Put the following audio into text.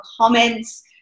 comments